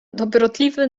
dobrotliwy